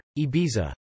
Ibiza